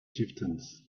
chieftains